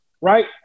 right